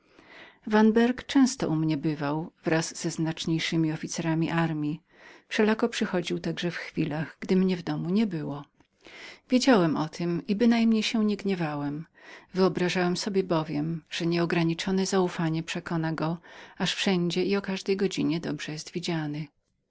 milczących vanberg często u mnie bywał wraz ze znaczniejszymi officerami armji wszelako przychodził także w chwilach gdy mnie w domu nie było wiedziałem o tem i bynajmniej się nie gniewałem wyobrażałem sobie bowiem że nieograniczone zaufanie przekona go że wszędzie i o każdej godzinie dobrze był widzianym